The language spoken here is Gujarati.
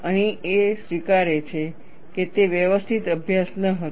અહીં તે સ્વીકારે છે કે તે વ્યવસ્થિત અભ્યાસ ન હતો